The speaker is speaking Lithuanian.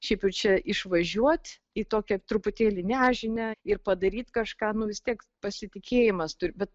šiaip jau čia išvažiuot į tokią truputėlį nežinią ir padaryt kažką nu vis tiek pasitikėjimas turi bet